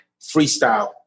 freestyle